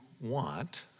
want